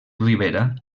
ribera